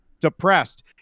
depressed